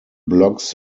blocks